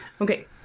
okay